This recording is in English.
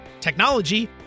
technology